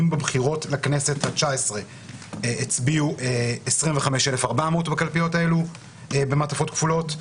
אם בבחירות לכנסת ה-19 הצביעו 25,400 בקלפיות האלה במעטפות כפולות,